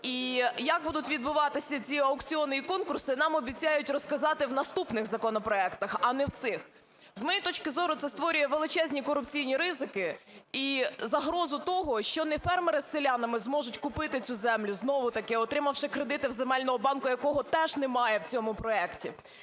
І як будуть відбуватися ці аукціоні і конкурси, нам обіцяють розказати в наступних законопроектах, а не в цих. З моєї точки зору, це створює величезні корупційні ризики і загрозу того, що не фермери з селянами зможуть купити цю землю, знову-таки отримавши кредити в земельного банку, якого теж немає в цьому проекті,